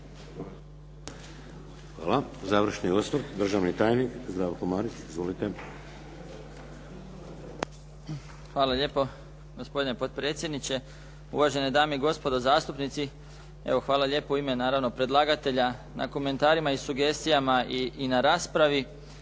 Marić. Izvolite. **Marić, Zdravko** Hvala lijepo gospodine potpredsjedniče, uvažene dame i gospodo zastupnici. Evo, hvala lijepo u ime, naravno predlagatelja na komentarima i sugestijama i na raspravi.